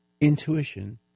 intuition